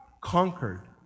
conquered